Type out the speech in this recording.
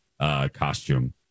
costume